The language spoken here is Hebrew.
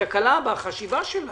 בחשיבה שלכם,